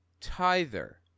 tither